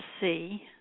see